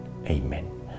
Amen